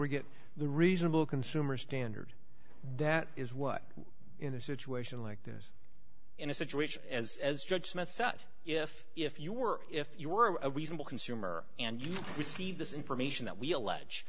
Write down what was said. we get the reasonable consumer standard that is what in a situation like this in a situation as as judge smith said if if you were if you were a reasonable consumer and you received this information that we allege